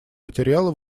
материала